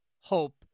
hope